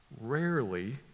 rarely